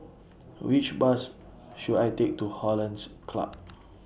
Which Bus should I Take to Hollandse Club